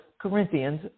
Corinthians